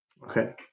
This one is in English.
Okay